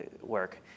work